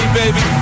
baby